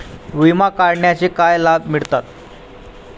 विमा काढण्याचे काय लाभ मिळतात?